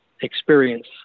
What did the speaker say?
experience